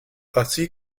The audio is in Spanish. así